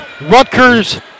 Rutgers